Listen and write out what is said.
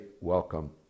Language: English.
welcome